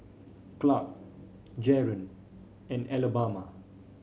Clarke Jaren and Alabama